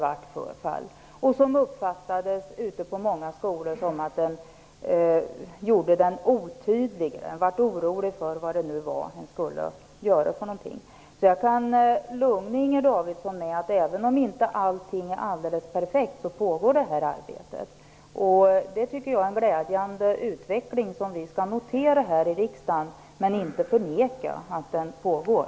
Det uppfattades ute på många skolor som att den blev otydlig. Man blev orolig för vad man skulle göra. Jag kan lugna Inger Davidson med att även om inte allting är alldeles perfekt så pågår detta arbete. Det är en glädjande utveckling som vi skall notera här i riksdagen, och vi skall inte förneka att den pågår.